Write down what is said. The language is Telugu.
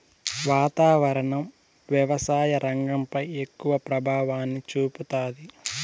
వాతావరణం వ్యవసాయ రంగంపై ఎక్కువ ప్రభావాన్ని చూపుతాది